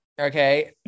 Okay